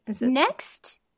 Next